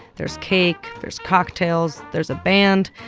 there's cake. there's cocktails. there's a band.